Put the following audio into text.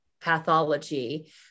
Pathology